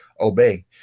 obey